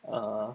err